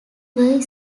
were